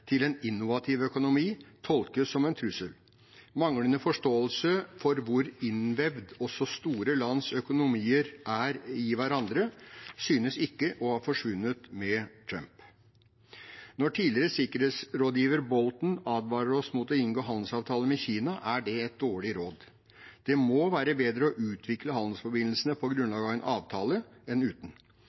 til en innovativ økonomi, tolkes som en trussel. Manglende forståelse for hvor innvevd også store lands økonomier er i hverandre, synes ikke å ha forsvunnet med Trump. Når tidligere sikkerhetsrådgiver Bolton advarer oss mot å inngå handelsavtale med Kina, er det et dårlig råd. Det må være bedre å utvikle handelsforbindelsene på grunnlag av en avtale, enn uten.